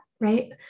right